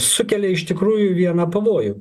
sukelia iš tikrųjų vieną pavojų